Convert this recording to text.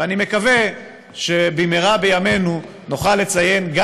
אני מקווה שבמהרה בימינו נוכל לציין גם